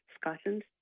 Scotland